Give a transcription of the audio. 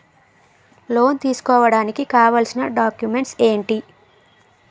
Loan తీసుకోడానికి కావాల్సిన documents ఎంటి?